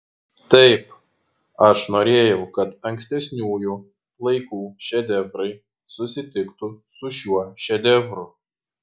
taip aš norėjau kad ankstesniųjų laikų šedevrai susitiktų su šiuo šedevru